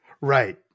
Right